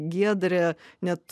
giedrė net